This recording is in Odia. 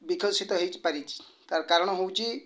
ବିକଶିତ ହେଇଛି ପାରିଛି ତା'ର କାରଣ ହେଉଛି